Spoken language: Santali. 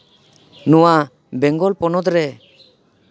ᱱᱚᱣᱟ ᱵᱮᱝᱜᱚᱞ ᱯᱚᱱᱚᱛ ᱨᱮ